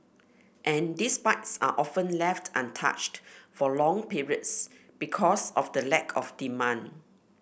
and these bikes are often left untouched for long periods because of the lack of demand